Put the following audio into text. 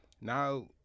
now